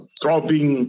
dropping